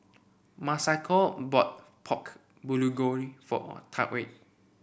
Masako bought Pork Bulgogi for Tarik